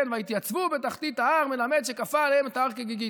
"ויתיצבו בתחתית ההר" מלמד שכפה עליהם את ההר כגיגית.